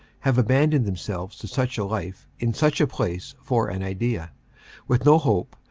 have abandoned themselves to such a life in such a place for an idea with no hope,